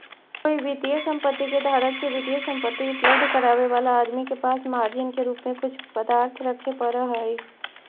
कोई वित्तीय संपत्ति के धारक के वित्तीय संपत्ति उपलब्ध करावे वाला आदमी के पास मार्जिन के रूप में कुछ पदार्थ रखे पड़ऽ हई